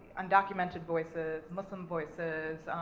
undocumented voices, muslim voices,